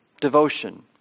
devotion